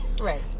Right